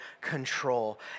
control